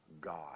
God